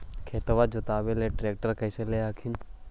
खेतबा के जोतयबा ले ट्रैक्टरबा कैसे ले हखिन?